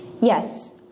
Yes